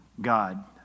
God